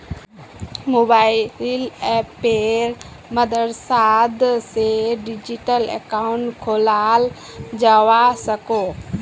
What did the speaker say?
mobile अप्पेर मद्साद से डिजिटल अकाउंट खोलाल जावा सकोह